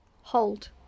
hold